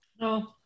No